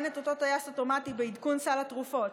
אין את אותו טייס אוטומטי בעדכון סל התרופות.